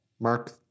Mark